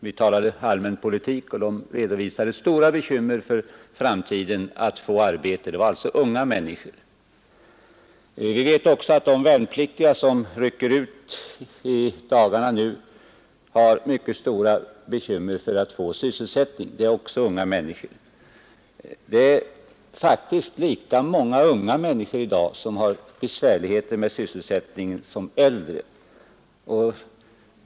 Vi talade allmänpolitik, och de redovisade stora bekymmer för framtiden att få arbete. Det var alltså unga människor. Vi vet också att de värnpliktiga som rycker ut i dagarna har mycket stora bekymmer för att få sysselsättning. Det är också unga människor. Det är faktiskt i dag lika många unga människor som har besvärligheter med sysselsättningen som äldre.